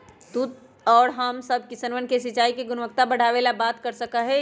तू और हम सब किसनवन से सिंचाई के गुणवत्ता बढ़ावे ला बात कर सका ही